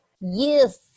Yes